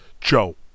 Joe